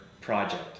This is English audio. project